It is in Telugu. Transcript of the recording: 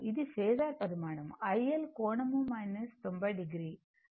ఇది ఫేసర్ పరిమాణం iL కోణం 90 o